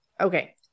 Okay